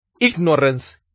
ignorance